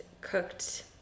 cooked